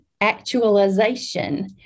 actualization